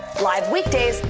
live weekdays,